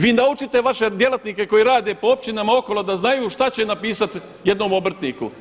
Vi naučite vaše djelatnike koji rade po općinama okolo da znaju šta će napisati jednom obrtniku.